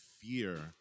fear